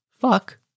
fuck